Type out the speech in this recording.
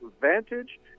Vantage